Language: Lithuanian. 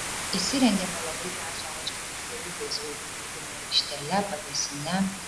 įsirengėme labai gražią aikštę su suoliukais vaikų žaidimų aikštele pavėsine